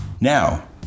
Now